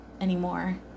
anymore